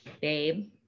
babe